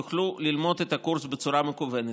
הם יוכלו ללמוד את הקורס בצורה מקוונת.